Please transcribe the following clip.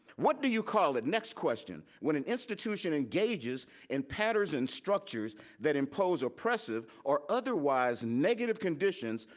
what do you call it, next question, when an institution engages in patterns and structures that impose oppressive or otherwise negative conditions,